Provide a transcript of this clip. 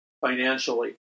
financially